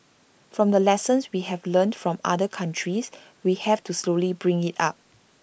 from the lessons we have learnt from other countries we have to slowly bring IT up